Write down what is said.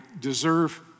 deserve